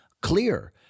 clear